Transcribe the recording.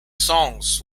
songs